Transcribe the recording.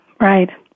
Right